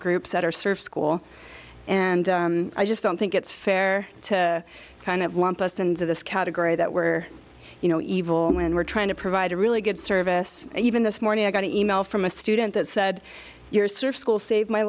groups that are sort of school and i just don't think it's fair to kind of lump us into this category that we're you know evil when we're trying to provide a really good service and even this morning i got an email from a student that said your service school saved my